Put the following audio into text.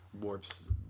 warps